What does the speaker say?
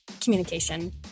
communication